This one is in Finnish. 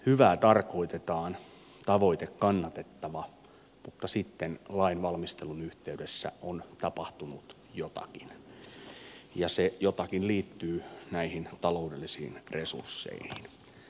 hyvää tarkoitetaan tavoite on kannatettava mutta sitten lainvalmistelun yhteydessä on tapahtunut jotakin ja se jokin liittyy näihin taloudellisiin resursseihin